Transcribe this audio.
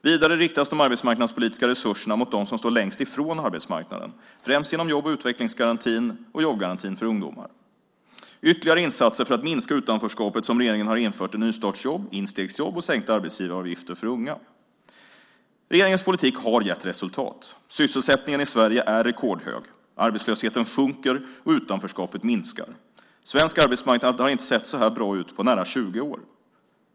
Vidare riktas de arbetsmarknadspolitiska resurserna mot dem som står längst från arbetsmarknaden, främst genom jobb och utvecklingsgarantin och jobbgarantin för ungdomar. Ytterligare insatser för att minska utanförskapet som regeringen har infört är nystartsjobb, instegsjobb och sänkta arbetsgivaravgifter för unga. Regeringens politik har gett resultat. Sysselsättningen i Sverige är rekordhög, arbetslösheten sjunker och utanförskapet minskar. Svensk arbetsmarknad har inte sett så här bra ut på nära 20 år.